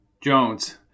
Jones